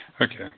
Okay